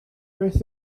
beth